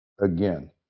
again